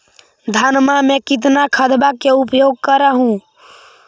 धानमा मे कितना खदबा के उपयोग कर हू?